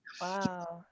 Wow